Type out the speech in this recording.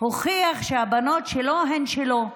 הוכיח שהבנות שלו הן שלו,